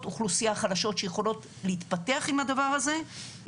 אוכלוסייה חלשות שיכולות להתפתח עם הדבר הזה,